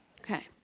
Okay